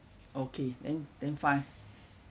okay then then fine